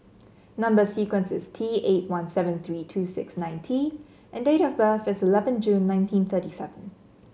number sequence is T eight one seven three two six nine T and date of birth is eleven June nineteen thirty seven